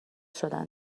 شدن